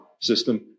system